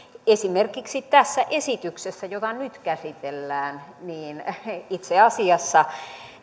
esimerkiksi tässä esityksessä jota nyt käsitellään itse asiassa